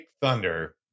thunder